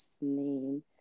name